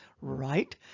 right